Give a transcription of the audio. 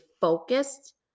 focused